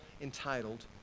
entitled